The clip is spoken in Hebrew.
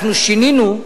שינינו: